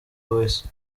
voice